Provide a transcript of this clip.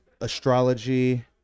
astrology